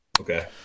okay